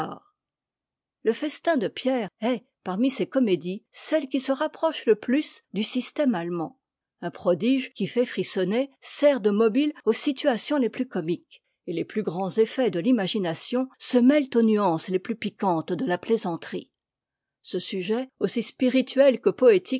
le fe m de pierre est parmi ses comédies celle qui se rapproche le plus du système allemand un prodige qui fait frissonner sert de mobile aux situations les plus comiques et les plus grands effets de l'imagination se mêlent aux nuances les plus piquantes de la plaisanterie ce sujet aussi spirituel que poétique